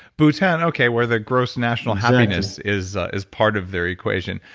bhutan? okay, where the gross national happiness is is part of their equation.